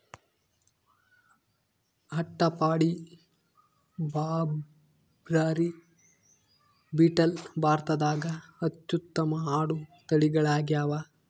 ಅಟ್ಟಪಾಡಿ, ಬಾರ್ಬರಿ, ಬೀಟಲ್ ಭಾರತದಾಗ ಅತ್ಯುತ್ತಮ ಆಡು ತಳಿಗಳಾಗ್ಯಾವ